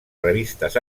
revistes